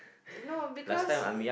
no because